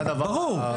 ברור.